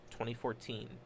2014